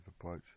approach